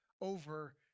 over